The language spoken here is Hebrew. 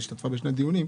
היא השתתפה בשני דיונים.